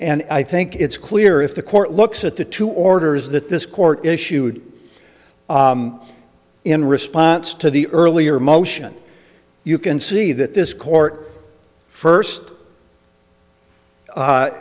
and i think it's clear if the court looks at the two orders that this court issued in response to the earlier motion you can see that this court first